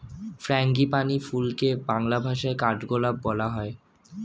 frangipani ফুলকে বাংলা ভাষায় কাঠগোলাপ বলা হয়